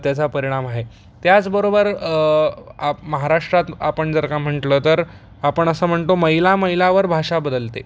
त्याचा परिणाम आहे त्याचबरोबर आप महाराष्ट्रात आपण जर का म्हटलं तर आपण असं म्हणतो मैल मैलावर भाषा बदलते